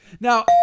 Now